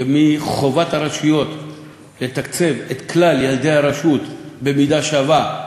שמחובת הרשויות לתקצב את כלל ילדי הרשות במידה שווה.